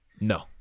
No